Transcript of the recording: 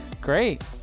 Great